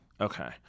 Okay